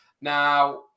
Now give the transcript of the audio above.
Now